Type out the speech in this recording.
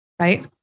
right